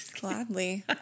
gladly